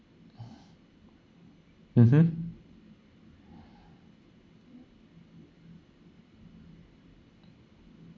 mmhmm